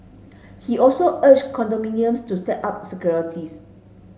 he also urged condominiums to step up securities